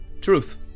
Truth